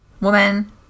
woman